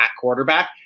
quarterback